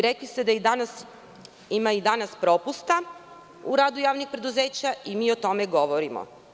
Rekli ste da i danas ima propusta u radu javnih preduzeća i mi o tome govorimo.